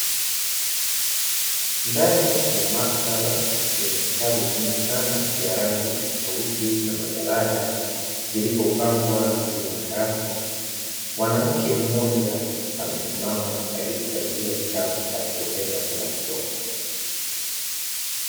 Ndani ya maktaba, yenye vitabu vingi sana vya rangi tofauti na majalada, vilivyopangwa juu ya rafu. Mwanamke mmoja amesimama akijichagulia kitabu anachopenda kwenda kusoma.